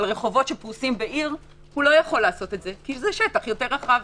על רחובות שפרוסים בעיר הוא לא יכול לעשות את זה כי זה שטח יותר רחב.